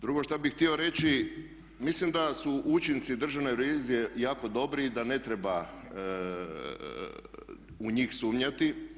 Drugo što bih htio reći, mislim da su učinci državne revizije jako dobri i da ne treba u njih sumnjati.